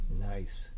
Nice